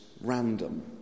random